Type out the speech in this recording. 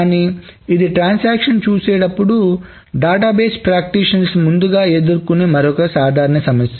కానీ ఇది ట్రాన్సాక్షన్లు చూసేటప్పుడు డేటాబేస్ అభ్యాసకులు ముందుగా ఎదుర్కొనే మరొక సాధారణ సమస్య